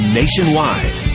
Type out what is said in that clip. nationwide